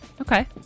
Okay